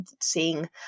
seeing